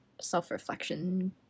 self-reflection